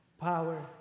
power